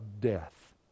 death